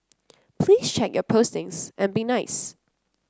please check your postings and be nice